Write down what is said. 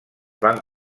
van